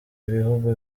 ibihugu